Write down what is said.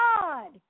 God